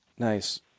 Nice